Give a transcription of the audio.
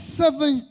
seven